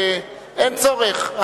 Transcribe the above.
אין צורך.